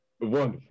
Wonderful